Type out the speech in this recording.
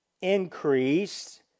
increased